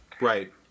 Right